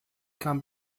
kam